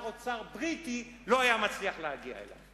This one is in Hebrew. אוצר בריטי לא היו מצליחים להגיע אליו.